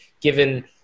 given